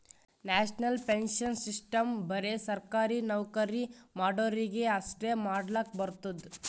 national pension system ಬರೆ ಸರ್ಕಾರಿ ನೌಕರಿ ಮಾಡೋರಿಗಿ ಅಷ್ಟೇ ಮಾಡ್ಲಕ್ ಬರ್ತುದ್